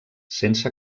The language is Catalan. sense